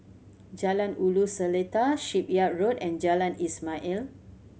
Jalan Ulu Seletar Shipyard Road and Jalan Ismail